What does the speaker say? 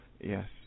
Yes